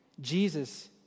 Jesus